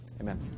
amen